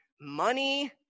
money